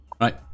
Right